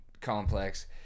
complex